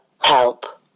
help